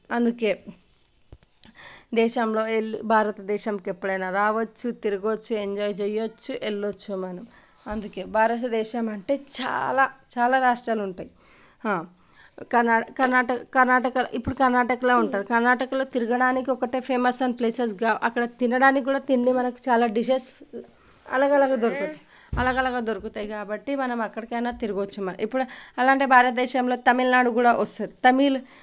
దేశంలో వెళ్ళి భారతదేశంలో ఎప్పుడైనా రావచ్చు తిరగచ్చు ఎంజాయ్ చేయచ్చు వెళ్ళచ్చు మనం అందుకే భారతదేశం అంటే చాలా చాలా రాష్ట్రాలు ఉంటాయి కర్ణా కర్ణాటక ఇప్పుడు కర్ణాటక ఉంటుంది కర్ణాటకలో తిరగడానికి ఒకటే ఫేమస్ అయిన ప్లేసెస్ అక్కడ తినడానికి కూడా తిండి మనకి చాలా డిషెస్ అలాగలాగా దొరుకుతాయి అలాగలాగా దొరుకుతాయి కాబట్టి మనం ఎక్కడైనా తిరగచ్చు ఇప్పుడు అలాంటి భారతదేశంలో తమిళనాడు కూడా వస్తుంది తమిళ్